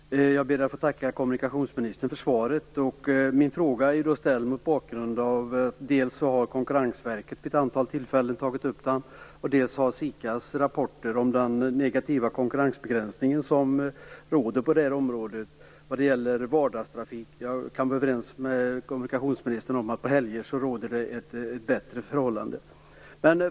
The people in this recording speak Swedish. Herr talman! Jag ber att få tacka kommunikationsministern för svaret. Min fråga är ställd mot bakgrund dels av att Konkurrensverket vid ett antal tillfällen tagit upp den, dels SIKA:s rapporter om den negativa konkurrensbegränsning som råder på detta område vad det gäller vardagstrafik. Jag kan vara överens med kommunikationsministern om att det råder ett bättre förhållande på helger.